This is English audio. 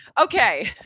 okay